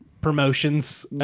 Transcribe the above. promotions